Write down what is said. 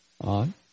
on